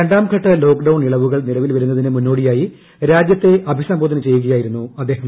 രണ്ടാംഘട്ട ലോക്ഡൌൺ ഇളവുകൾ നിലവിൽ വരുന്നതിന് മുന്നോടിയായി രാജ്യത്തെ അഭിസംബോധന ചെയ്യുകയായിരുന്നു അദ്ദേഹം